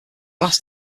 last